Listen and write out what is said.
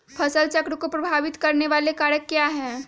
फसल चक्र को प्रभावित करने वाले कारक क्या है?